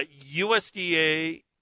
usda